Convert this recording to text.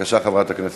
עברה בקריאה